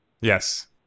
Yes